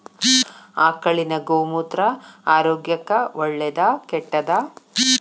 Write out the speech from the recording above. ಆಕಳಿನ ಗೋಮೂತ್ರ ಆರೋಗ್ಯಕ್ಕ ಒಳ್ಳೆದಾ ಕೆಟ್ಟದಾ?